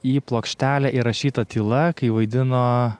į plokštelę įrašyta tyla kai vaidino